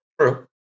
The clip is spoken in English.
True